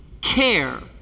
care